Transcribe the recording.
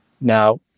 Now